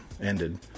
ended